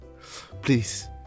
please